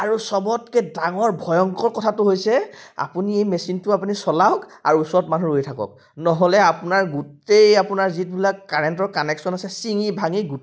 আৰু চবতকৈ ডাঙৰ ভয়ংকৰ কথাটো হৈছে আপুনি এই মেচিনটো আপুনি চলাওক আৰু ওচৰত মানুহ ৰৈ থাকক নহ'লে আপোনাৰ গোটেই আপোনাৰ যিবিলাক কাৰেণ্টৰ কানেকশ্যন আছে চিঙি ভাঙি গ